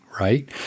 right